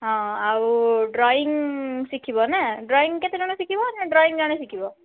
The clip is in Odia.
ହଁ ଆଉ ଡ୍ରଇଁ ଶିଖିବ ନା ଡ୍ରଇଁ କେତେ ଜଣ ଶିଖିବ ଡ୍ରଇଁ ଜଣେ ଶିଖିବ